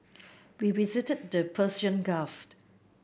we visited the Persian Gulf